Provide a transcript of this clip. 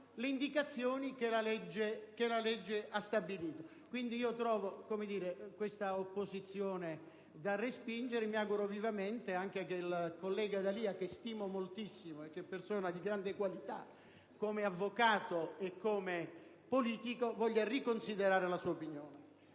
le indicazioni che la legge ha stabilito. Quindi, io trovo questa opposizione da respingere e mi auguro vivamente che il collega D'Alia, che stimo moltissimo e che è persona di grande qualità, come avvocato e come politico, voglia riconsiderare la sua opinione.